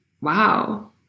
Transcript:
wow